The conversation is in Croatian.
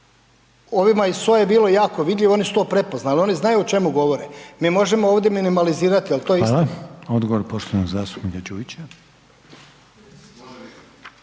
ovima iz SOA-e bilo jako vidljivo i oni su to prepoznali, oni znaju o čemu govore. Mi možemo ovdje minimalizirati ali to je istina. **Reiner, Željko (HDZ)** Hvala.